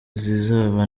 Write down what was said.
zizaba